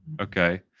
okay